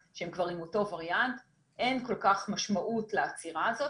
שהם כבר עם אותו וריאנט אין כל כך משמעות לעצירה הזאת.